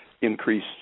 increase